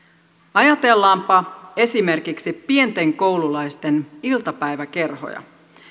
ajatellaanpa esimerkiksi pienten koululaisten iltapäiväkerhoja